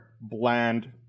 bland